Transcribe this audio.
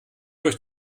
durch